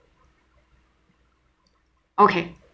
okay